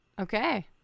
Okay